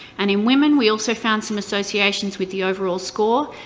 and in women, we also found some associations with the overall score.